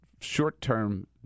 short-term